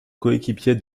coéquipier